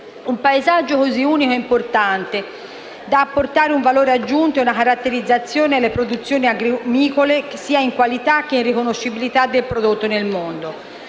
Il paesaggio è così unico e importante da apportare un valore aggiunto e una caratterizzazione alle produzioni agrumicole sia in qualità che in riconoscibilità del prodotto nel mondo.